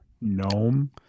Gnome